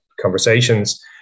conversations